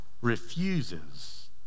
refuses